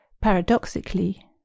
paradoxically